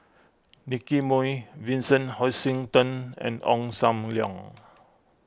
Nicky Moey Vincent Hoisington and Ong Sam Leong